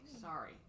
Sorry